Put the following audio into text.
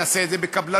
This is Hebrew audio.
נעשה את זה בקבלנות,